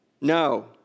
No